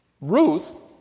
Ruth